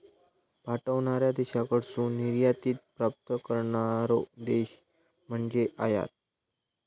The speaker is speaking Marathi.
पाठवणार्या देशाकडसून निर्यातीत प्राप्त करणारो देश म्हणजे आयात